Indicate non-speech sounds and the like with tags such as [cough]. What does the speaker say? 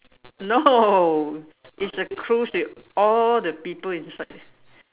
no [laughs] it's the cruise with all the people inside